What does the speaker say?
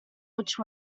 which